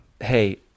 hey